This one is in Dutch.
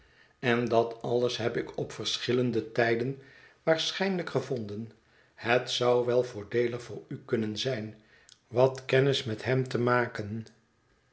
en dat alles heb ik op verschilleende tijden waarschijnlijk gevonden het zou wel voordeelig voor u kunnen zijn wat kennis met hem te maken